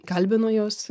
kalbino juos